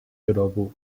俱乐部